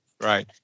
right